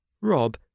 Rob